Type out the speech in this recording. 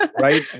Right